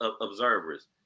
observers